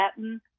Latin